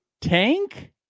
tank